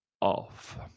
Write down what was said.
off